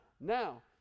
Now